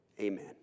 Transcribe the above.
amen